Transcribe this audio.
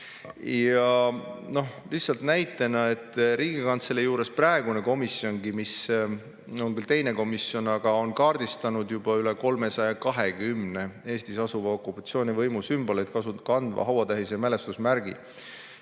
Lihtsalt näitena, et Riigikantselei juures praegune komisjon, mis on küll teine komisjon, on kaardistanud juba üle 320 Eestis asuva okupatsioonivõimu sümboleid kandva hauatähise ja mälestusmärgi.